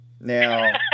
Now